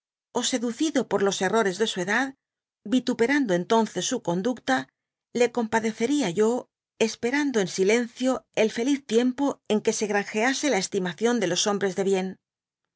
ó seducido por lo errores de u edad vituperando entonces su conducta le compadeceria yo esperando ensuencio el feliz tiempo en que se grangease la estimación de los hombres de bien